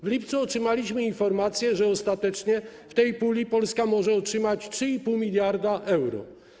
W lipcu otrzymaliśmy informację, że ostatecznie z tej puli Polska może otrzymać 3,5 mld euro.